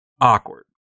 awkward